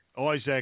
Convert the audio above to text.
Isaac